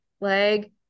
leg